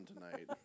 tonight